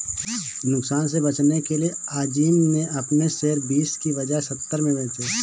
नुकसान से बचने के लिए अज़ीम ने अपने शेयर बीस के बजाए सत्रह में बेचे